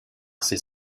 ses